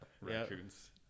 raccoons